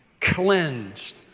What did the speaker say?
cleansed